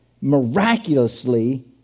Miraculously